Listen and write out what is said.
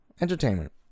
Entertainment